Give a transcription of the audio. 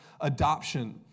adoption